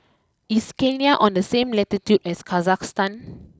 is Kenya on the same latitude as Kazakhstan